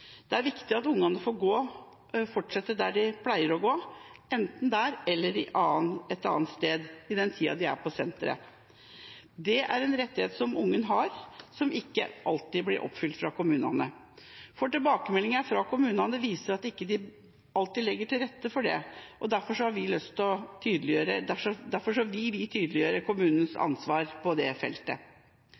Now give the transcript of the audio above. Det er viktig at ungene får fortsette enten der eller et annet sted i den tida de er på senteret. Det er en rettighet som ungen har, men som ikke alltid blir oppfylt fra kommunenes side. Tilbakemeldinger fra kommunene viser at de ikke alltid legger til rette for det. Derfor vil vi tydeliggjøre kommunenes ansvar på det feltet.